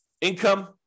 Income